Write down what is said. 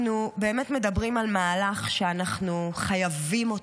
אנחנו מדברים על מהלך שאנחנו חייבים אותו,